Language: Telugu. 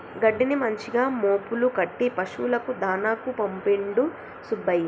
గడ్డిని మంచిగా మోపులు కట్టి పశువులకు దాణాకు పంపిండు సుబ్బయ్య